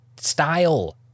style